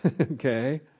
okay